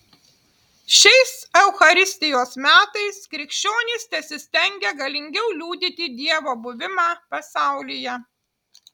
šiais eucharistijos metais krikščionys tesistengia galingiau liudyti dievo buvimą pasaulyje